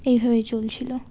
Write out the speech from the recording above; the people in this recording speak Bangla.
এইভাবেই চলছিল